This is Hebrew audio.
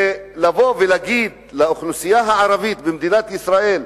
ולבוא ולהגיד לאוכלוסייה הערבית במדינת ישראל,